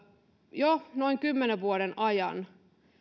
jo noin kymmenen vuoden ajan